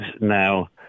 now